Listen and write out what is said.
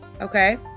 Okay